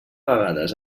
vegades